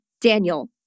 Daniel